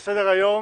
על סדר-היום: